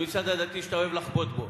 הממסד הדתי שאתה אוהב לחבוט בו,